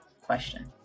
question